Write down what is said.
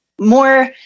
more